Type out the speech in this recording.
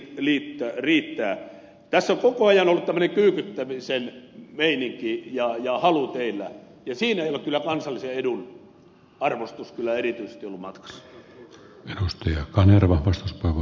tässä on koko ajan ollut tämmöinen kyykyttämisen meininki ja halu teillä ja siinä ei ole kyllä kansallisen edun arvostus erityisesti ollut matkassa